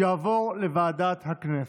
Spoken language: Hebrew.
זה יעבור לוועדת הכנסת.